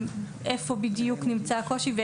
איפה בדיוק נמצא הקושי.